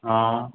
हा